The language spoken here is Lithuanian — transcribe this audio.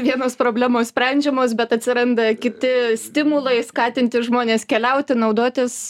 vienos problemos sprendžiamos bet atsiranda kiti stimulai skatinti žmones keliauti naudotis